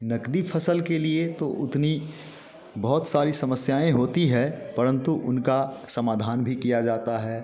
नकदी फसल के लिए तो उतनी बहुत सारी समस्याएँ होती है परंतु उनका समाधान भी किया जाता है